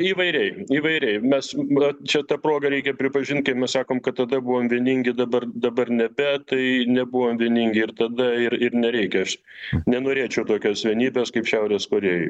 įvairiai įvairiai mes čia ta proga reikia pripažint kai mes sakome kad tada buvom vieningi dabar dabar nebe tai nebuvom vieningi ir tada ir nereikia aš nenorėčiau tokios vienybės kaip šiaurės korėjoj